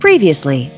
Previously